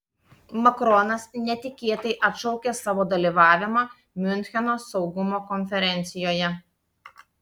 makronas netikėtai atšaukė savo dalyvavimą miuncheno saugumo konferencijoje